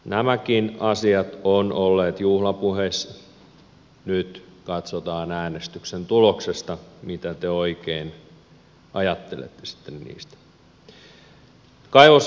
nämäkin asiat ovat olleet juhlapuheissa nyt katsotaan äänestyksen tuloksesta mitä te oikein ajattelette sitten niistä